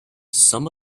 some